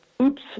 oops